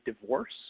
divorce